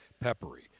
peppery